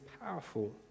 powerful